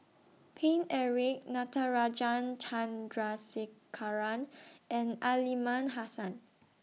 Paine Eric Natarajan Chandrasekaran and Aliman Hassan